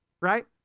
right